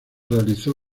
realizó